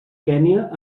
kenya